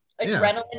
adrenaline